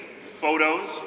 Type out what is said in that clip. photos